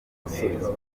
gusubizwa